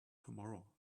tomorrow